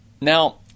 Now